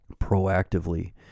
proactively